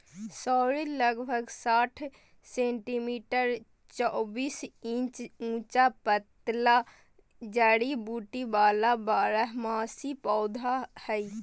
sorrel लगभग साठ centimetre चौबीस इंच ऊंचा पतला जड़ी बूटी वाला बारहमासी पौधा हइ